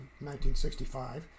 1965